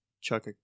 chuck